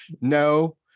no